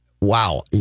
wow